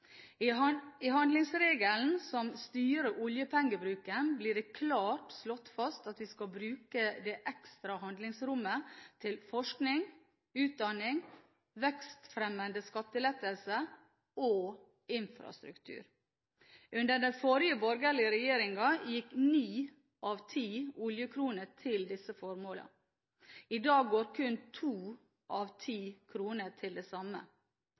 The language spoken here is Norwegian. I handlingsregelen, som styrer oljepengebruken, blir det klart slått fast at vi skal bruke det ekstra handlingsrommet til forskning, utdanning, vekstfremmende skattelettelser og infrastruktur. Under den forrige borgerlige regjeringen gikk ni av ti oljekroner til disse formålene. I dag går kun to av ti kroner til det samme.